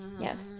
Yes